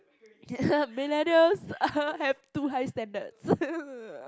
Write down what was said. millennials have too high standards